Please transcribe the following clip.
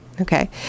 Okay